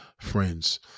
friends